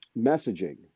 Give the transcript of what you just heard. messaging